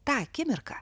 tą akimirką